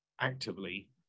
actively